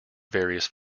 various